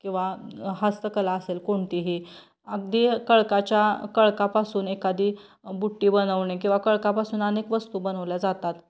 किंवा हस्तकला असेल कोणतीही अगदी कळकाच्या कळकापासून एखादी बुट्टी बनवणे किंवा कळकापासून अनेक वस्तू बनवल्या जातात